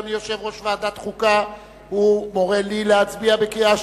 אדוני יושב-ראש ועדת החוקה מורה לי להצביע בקריאה שלישית,